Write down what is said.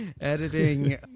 editing